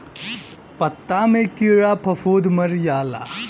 पत्ता मे कीड़ा फफूंद मर जाला